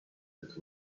that